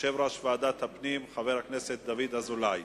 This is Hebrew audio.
יושב-ראש ועדת הפנים, חבר הכנסת דוד אזולאי.